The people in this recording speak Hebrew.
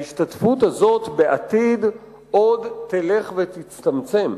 ההשתתפות הזאת בעתיד עוד תלך ותצטמצם,